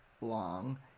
long